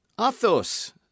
Athos